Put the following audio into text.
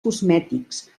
cosmètics